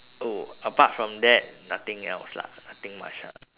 oh apart from that nothing else lah nothing much ah